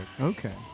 Okay